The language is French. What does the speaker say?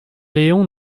léon